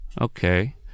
Okay